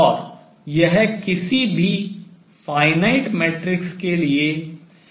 और यह किसी भी finite matrix परिमित मैट्रिक्स के लिए सही है